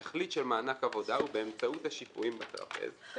התכלית של מענק העבודה הוא באמצעות השקועים בטרפז לעודד עבודה.